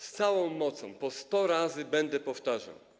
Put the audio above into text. Z całą mocą po 100 razy będę powtarzał.